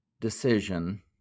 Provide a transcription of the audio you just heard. decision